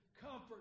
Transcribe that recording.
Comfort